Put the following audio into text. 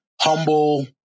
humble